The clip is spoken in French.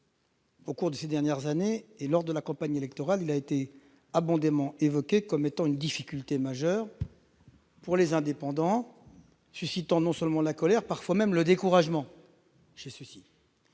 au cours de ces dernières années et lors de la campagne électorale, il a été abondamment dit qu'il représentait une difficulté majeure pour les indépendants, suscitant chez eux non seulement la colère, mais parfois même le découragement.